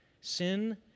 Sin